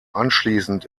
anschließend